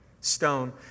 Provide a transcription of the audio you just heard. stone